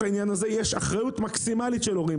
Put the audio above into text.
בעניין הזה יש אחריות מקסימלית של הורים.